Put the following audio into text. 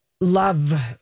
love